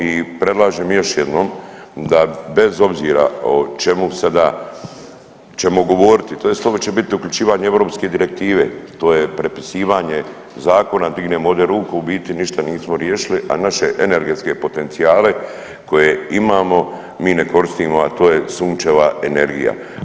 I predlažem još jednom da bez obzira o čemu sada ćemo govoriti, tj. ovo će biti uključivanje eu direktive, to je prepisivanje zakona, dignemo ovdje ruku u biti ništa nismo riješili, a naše energetske potencijale koje imamo mi ne koristimo, a to je sunčeva energija.